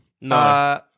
No